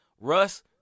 Russ